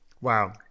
Wow